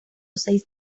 seis